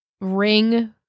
ring